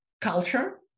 culture